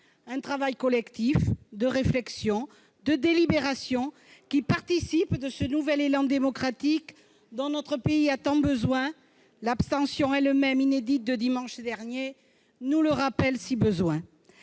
un travail collectif de réflexion, de délibération, qui participe de ce nouvel élan démocratique dont notre pays a tant besoin. L'abstention, elle-même inédite, de dimanche dernier nous le rappelle si besoin.